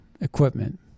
equipment